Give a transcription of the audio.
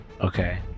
Okay